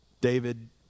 David